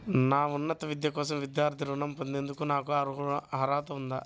నా ఉన్నత విద్య కోసం విద్యార్థి రుణం పొందేందుకు నాకు అర్హత ఉందా?